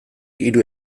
hiru